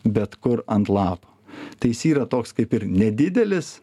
bet kur ant lapo tai jis yra toks kaip ir nedidelis